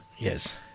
Yes